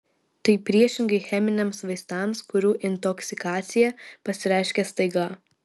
tai priešingai cheminiams vaistams kurių intoksikacija pasireiškia staiga